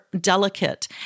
delicate